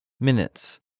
Minutes